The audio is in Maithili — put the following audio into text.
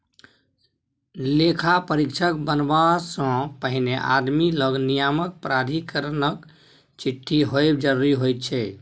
लेखा परीक्षक बनबासँ पहिने आदमी लग नियामक प्राधिकरणक चिट्ठी होएब जरूरी होइत छै